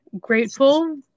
grateful